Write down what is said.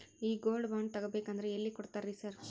ಈ gold bond ತಗಾಬೇಕಂದ್ರ ಎಲ್ಲಿ ಕೊಡ್ತಾರ ರೇ ಸಾರ್?